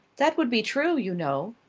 that would be true, you know.